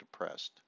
depressed